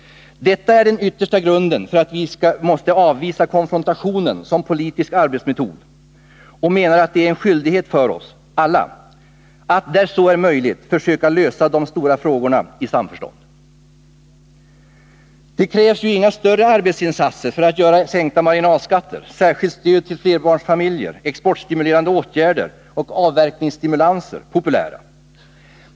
Detta är den yttersta grunden för att vi måste avvisa konfrontationen som politisk arbetsmetod, och vi menar att det är en skyldighet för oss alla att där så är möjligt försöka lösa de stora frågorna i samförstånd. Det krävs ju inga större arbetsinsatser för att göra sänkta marginalskatter, särskilt stöd till flerbarnsfamiljer, exportstimulerande åtgärder och avverkningsstimulanser populära.